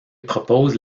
propose